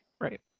right